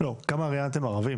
לא כמה ערבים ראיינתם?